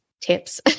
tips